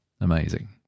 Amazing